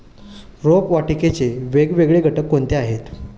रोपवाटिकेचे वेगवेगळे घटक कोणते आहेत?